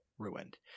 ruined